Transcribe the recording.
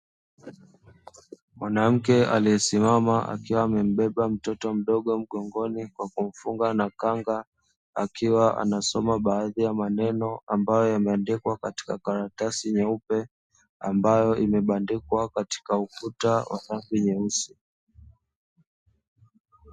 Mwanamke aliyesimama akiwa amembeba mtoto mdogo mgongoni kwa kumfunga na kanga akiwa anasoma baadhi ya maneno ambayo yameandikwa katika karatasi nyeupe, ambayo imebandikwa katika ukuta wa rangi nyeusi.